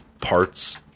parts